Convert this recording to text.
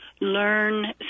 learn